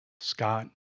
Scott